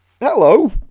Hello